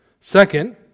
Second